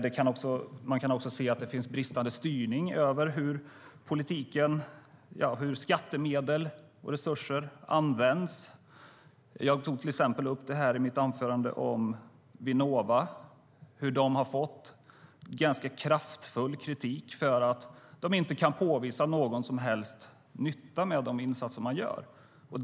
Man kan också se att det finns bristande styrning när det gäller hur skattemedel och resurser används. Jag tog i mitt anförande upp till exempel Vinnova och att de har fått ganska kraftfull kritik för att de inte kan påvisa någon som helst nytta med de insatser som de gör.